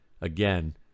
again